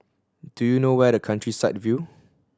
do you know where the Countryside View